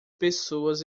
pessoas